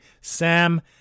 Sam